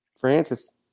francis